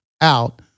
out